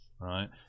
right